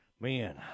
man